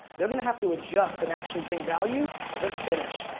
they're gonna have to adjust and actually bring value or they're finished.